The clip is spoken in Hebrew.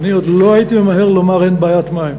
אני עוד לא הייתי ממהר לומר שאין בעיית מים.